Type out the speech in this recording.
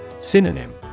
Synonym